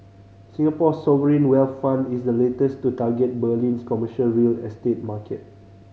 Singapore's sovereign wealth fund is the latest to target Berlin's commercial real estate market